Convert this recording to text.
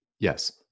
Yes